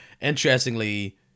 Interestingly